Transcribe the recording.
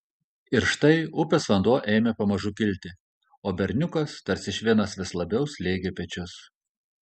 ir štai upės vanduo ėmė pamažu kilti o berniukas tarsi švinas vis labiau slėgė pečius